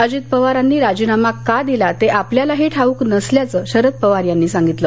अजीत पवारांनी राजीनामा का दिला ते आपल्यालाही ठाऊक नसल्याचं शरद पवार यांनी सांगितलं